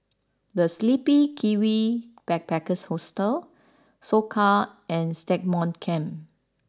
The Sleepy Kiwi Backpackers Hostel Soka and Stagmont Camp